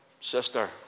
sister